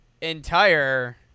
entire